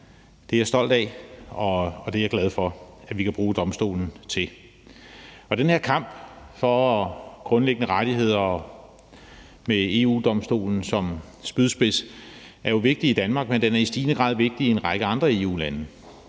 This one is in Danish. Det er jeg stolt af og glad for at vi kan bruge Domstolen til. Den her kamp for grundlæggende rettigheder med EU-Domstolen som spydspids er jo vigtig i Danmark, men den er i stigende grad vigtig i en række andre EU-lande,